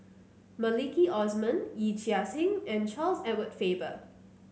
Maliki Osman Yee Chia Hsing and Charles Edward Faber